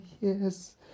yes